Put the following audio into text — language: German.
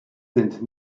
sind